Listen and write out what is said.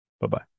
Bye-bye